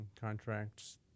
contracts